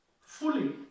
fully